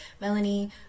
Melanie